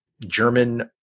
German